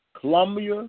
Columbia